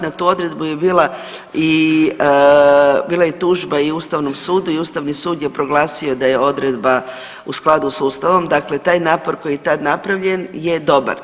Na tu odredbu je bila i bila je i tužba i Ustavnom sudu i Ustavni sud je proglasio da je odredba u skladu s Ustavom, dakle taj napor koji je tada napravljen je dobar.